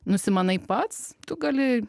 nusimanai pats tu gali